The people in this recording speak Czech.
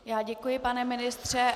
Já děkuji, pane ministře.